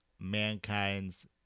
mankind's